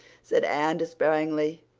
said anne despairingly,